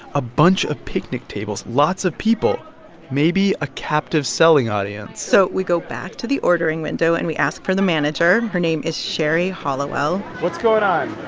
a bunch of picnic tables, lots of people maybe a captive selling audience so we go back to the ordering window, and we ask for the manager. her name is sherry halliwell what's going on?